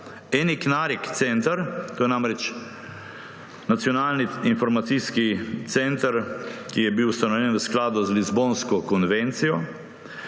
ENIC-NARIC center – to je namreč nacionalni informacijski center, ki je bil ustanovljen v skladu z Lizbonsko konvencijo